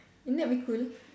isn't that be cool